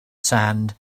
sand